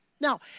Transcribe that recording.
Now